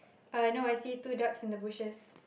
but no I see two ducks in the bushes